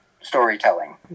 storytelling